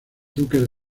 duques